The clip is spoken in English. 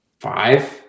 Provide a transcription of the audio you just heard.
five